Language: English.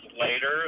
later